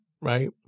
Right